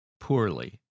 poorly